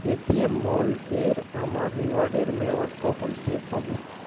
Paytm Mall এর আমার রিওয়ার্ডের মেয়াদ কখন শেষ হবে